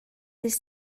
ddydd